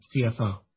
CFO